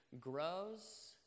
grows